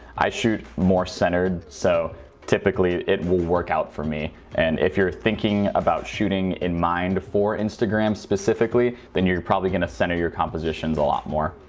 i shoot more centered so typically it will work out for me and if you're thinking about shooting in mind for instagram specifically then you're probably gonna center your compositions a lot more.